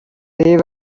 they